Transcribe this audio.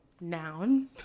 noun